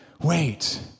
wait